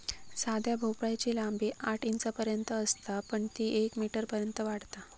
साध्या भोपळ्याची लांबी आठ इंचांपर्यंत असता पण ती येक मीटरपर्यंत वाढता